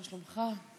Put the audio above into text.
מה שלומך?